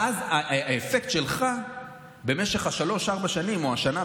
ואז האפקט שלך במשך השלוש-ארבע שנים או השנה,